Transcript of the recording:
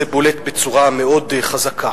זה בולט בצורה מאוד חזקה.